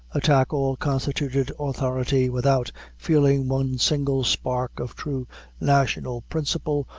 attack all constituted authority, without feeling one single spark of true national principle,